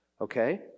okay